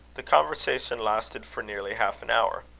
the conversation lasted for nearly half an hour.